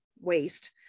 waste